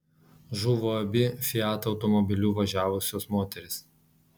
žuvo abi fiat automobiliu važiavusios moterys